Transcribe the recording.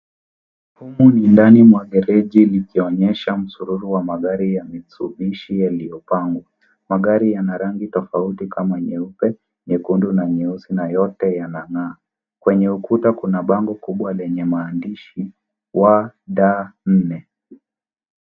Humu ni ndani mwa gereji likionyesha msururu wa magari ya Mitsubishi yaliyopangwa. Magari yana rangi tofauti kama nyeupe, nyekundu na nyeusi na yote yanang'aa. Kwenye ukuta kuna bango kubwa lenye maandishi WD-4.